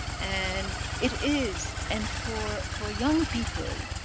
and it is. and for for young people,